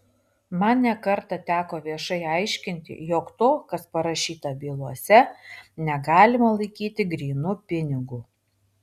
man ne kartą teko viešai aiškinti jog to kas parašyta bylose negalima laikyti grynu pinigu